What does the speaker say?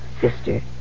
Sister